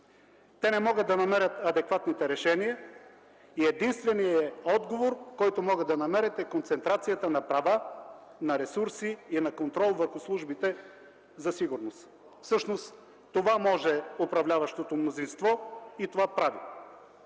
Те не могат да намерят адекватните решения. Единственият отговор, който могат да намерят, е концентрацията на права, на ресурси и на контрол върху службите за сигурност. Всъщност това може управляващото мнозинство и това прави.